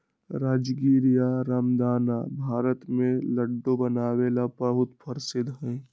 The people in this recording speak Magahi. राजगीरा या रामदाना भारत में लड्डू बनावे ला बहुत प्रसिद्ध हई